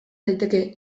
daiteke